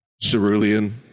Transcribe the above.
Cerulean